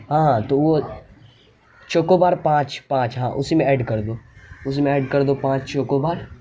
ہاں ہاں تو وہ چوکوبار پانچ پانچ ہاں اسی میں ایڈ کر دو اس میں ایڈ کر دو پانچ چوکوبار